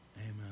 amen